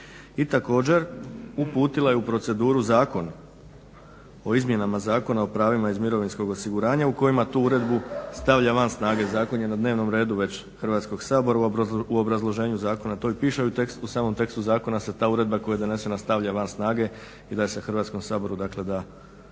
i također uputila je proceduru zakon o izmjenama zakona o pravima iz mirovinskog osiguranja u kojemu tu uredbu stavlja van snage. Zakon je već na dnevnom redu Hrvatskog sabora. U obrazloženju zakona to i piše i u samom tekstu zakona se ta uredba koja je donesena stavlja van snage i da se Hrvatskom saboru dakle da